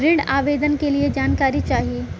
ऋण आवेदन के लिए जानकारी चाही?